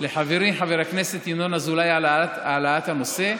לחברי חבר הכנסת ינון אזולאי על העלאת הנושא.